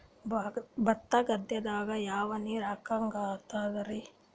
ಭತ್ತ ಗದ್ದಿಗ ಯಾವ ನೀರ್ ಬೇಕಾಗತದರೀ?